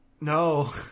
No